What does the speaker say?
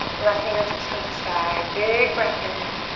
left fingertips towards the sky. big breath in.